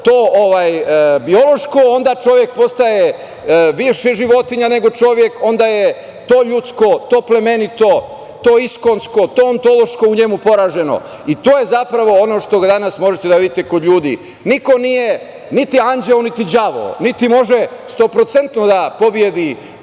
to biološko, onda čovek postaje više životinja nego čovek, onda je to ljudsko, to plemenito, to iskonsko, to ontološko u njemu poraženo i to je zapravo ono što danas možete da vidite kod ljudi. Niko nije niti anđeo niti đavo, niti može stoprocentno da pobedi